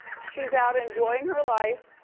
she's out enjoying her life,